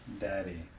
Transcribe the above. daddy